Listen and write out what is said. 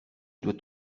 doit